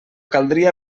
caldria